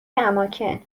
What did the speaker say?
اماکن